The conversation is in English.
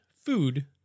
food